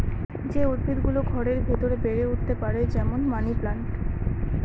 যে উদ্ভিদ গুলো ঘরের ভেতরে বেড়ে উঠতে পারে, যেমন মানি প্লান্ট